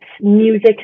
music